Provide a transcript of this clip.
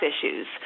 issues